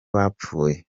bapfuye